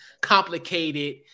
complicated